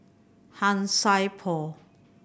Han Sai Por